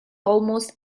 almost